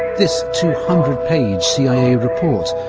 this two hundred page cia report,